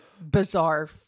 bizarre